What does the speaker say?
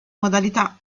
modalità